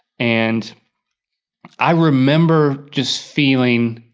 and i remember just feeling,